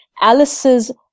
Alice's